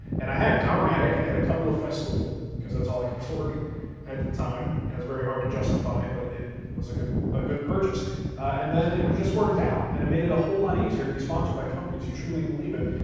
and i had powermatic, i had a couple of festool cause that's all i could afford at the time. it was very hard to justify but it was a good a good purchase and then it just worked out and it made it a whole lot easier to be sponsored by companies you truly believe in.